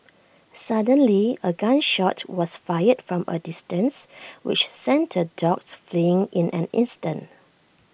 suddenly A gun shot was fired from A distance which sent the dogs fleeing in an instant